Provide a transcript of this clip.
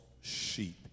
sheep